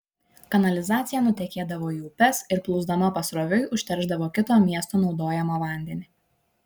kanalizacija nutekėdavo į upes ir plūsdama pasroviui užteršdavo kito miesto naudojamą vandenį